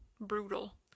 brutal